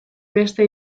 beste